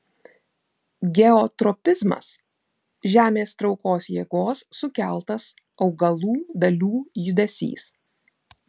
geotropizmas žemės traukos jėgos sukeltas augalų dalių judesys